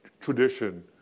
tradition